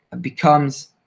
becomes